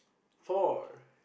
for